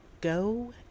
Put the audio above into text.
go